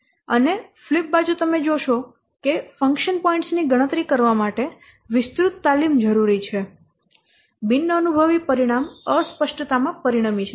અને ફ્લિપ બાજુ તમે જોશો કે ફંક્શન પોઇન્ટ્સ ની ગણતરી કરવા માટે વિસ્તૃત તાલીમ જરૂરી છે બિનઅનુભવી પરિણામ અસ્પષ્ટતામાં પરિણમી શકે છે